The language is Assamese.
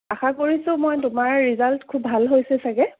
আশা কৰিছোঁ মই তোমাৰ ৰিজাল্ট খুব ভাল হৈছে চাগৈ